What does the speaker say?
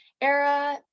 era